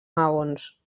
maons